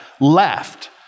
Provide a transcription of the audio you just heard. left